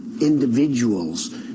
individuals